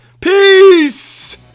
Peace